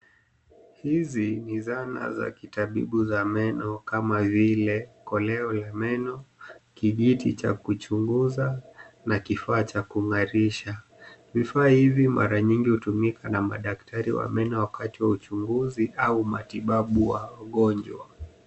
Hizi ni zana za kitabibu za meno kama vile koleo ya meno, kijiti cha kuchunguza na kifaa cha kung'arisha. Vifaa hivi mara nyingi hutumika na madaktari wa meno wakati wa uchunguzi au matibabu wa wagonjwa.